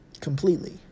Completely